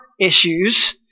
issues